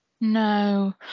no